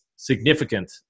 significant